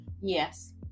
yes